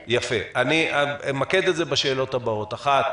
אתמקד בשאלות הבאות: 1)